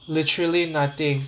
literally nothing